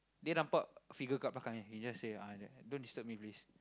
they nampak figure kat belakang he just say ah don't disturb me please